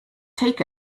take